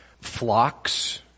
Flocks